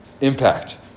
Impact